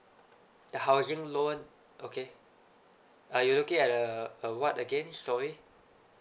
the housing loan okay uh you looking at the uh what again sorry